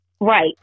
Right